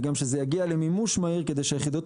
וגם שזה יגיע למימוש מהיר כדי שהיחידות